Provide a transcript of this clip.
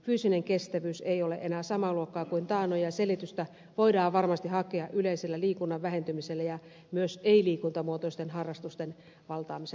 fyysinen kestävyys ei ole enää samaa luokkaa kuin taannoin ja selitystä voidaan varmasti hakea yleisellä liikunnan vähentymisellä ja myös sillä että ei liikuntamuotoiset harrastukset valtaavat tilaa